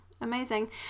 amazing